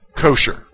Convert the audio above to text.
kosher